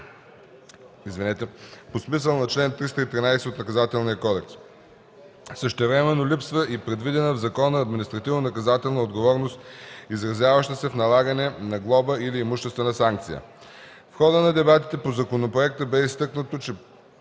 по смисъла на чл. 313 от Наказателния кодекс. Същевременно липсва и предвидена в закона административнонаказателна отговорност, изразяваща се в налагане на глоба или имуществена санкция. В хода на дебатите по законопроекта бе изтъкнато, че